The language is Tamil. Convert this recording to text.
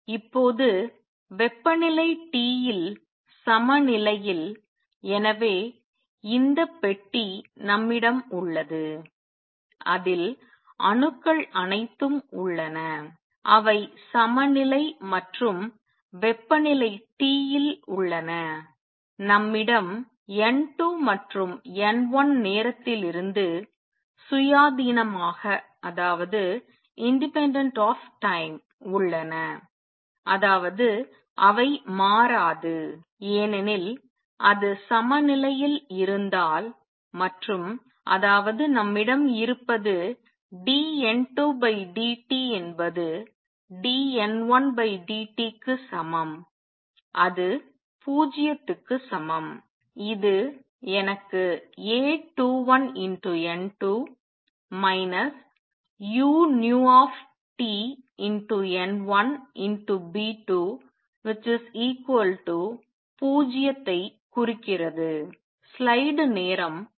இப்போது வெப்பநிலை T இல் சமநிலையில் எனவே இந்த பெட்டி நம்மிடம் உள்ளது அதில் அணுக்கள் அனைத்தும் உள்ளன அவை சமநிலை மற்றும் வெப்பநிலை Tயில் உள்ளன நம்மிடம் N2 மற்றும் N1 நேரத்திலிருந்து சுயாதீனமாக உள்ளன அதாவது அவை மாறாது ஏனெனில் அது சமநிலையில் இருந்தால் மற்றும் அதாவது நம்மிடம் இருப்பது dN2dt என்பது dN1dt க்கு சமம் அது 0 க்கு சமம் இது எனக்கு A21N2 uTN1B120 ஐ குறிக்கிறது